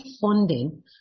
funding